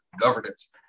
governance